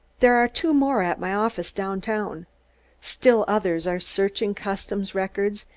there are two more at my office downtown still others are searching customs records,